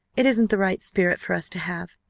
it isn't the right spirit for us to have.